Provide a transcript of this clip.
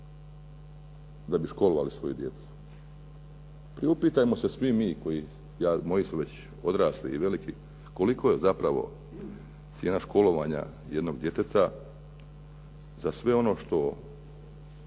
da bi školovali svoju djecu. Priupitajmo se svi mi koji, moji su već odrasli i veliki, koliko je zapravo cijena školovanja jednog djeteta za sve ono što